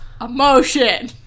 emotion